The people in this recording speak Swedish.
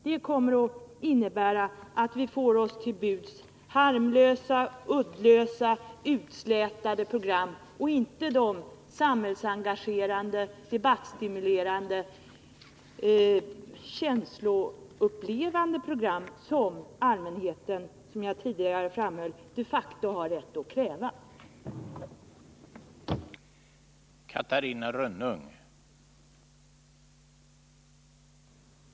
Det kommer att innebära att vi får harmlösa, uddlösa, utslätade program och inte de samhällsengagerande, debattstimu lerande, känsloupplevande program som allmänheten, som jag tidigare Nr 102 framhöll, de facto har rätt att kräva. Torsdagen den